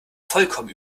vollkommen